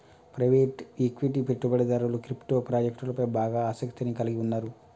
private equity పెట్టుబడిదారులు crypto ప్రాజెక్టులపై బాగా ఆసక్తిని కలిగి ఉన్నరు